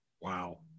Wow